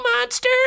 monster